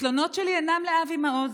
התלונות שלי אינן לאבי מעוז,